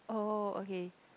oh okay